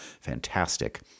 Fantastic